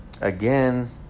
Again